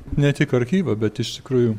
ne tik archyvą bet iš tikrųjų